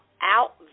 out